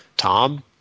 Tom